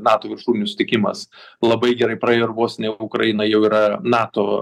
nato viršūnių susitikimas labai gerai praėjo ir vos ne ukraina jau yra nato